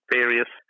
various